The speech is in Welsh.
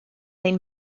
ein